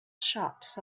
shops